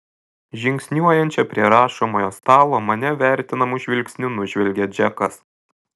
žingsniuojančią prie rašomojo stalo mane vertinamu žvilgsniu nužvelgia džekas